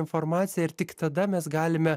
informaciją ir tik tada mes galime